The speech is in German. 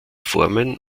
formen